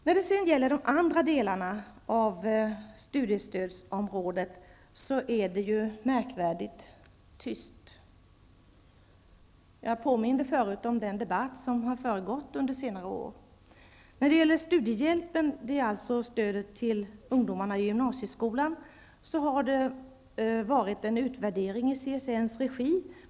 När det sedan gäller de andra delarna av studiestödsområdet är det märkvärdigt tyst. Jag påminde förut om den debatt som har föregått under senare år. När det gäller studiehjälpen, dvs. stödet till ungdomarna i gymnasieskolan, har det skett en utvärdering i CSN:s regi.